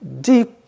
deep